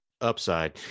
upside